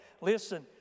listen